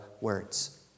words